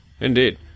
Indeed